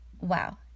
Wow